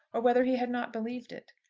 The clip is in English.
or whether he had not believed it.